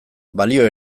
balio